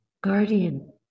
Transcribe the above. guardian